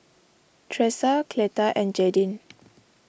Tresa Cleta and Jadyn